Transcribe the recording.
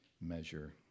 measure